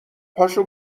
پاشو